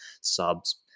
subs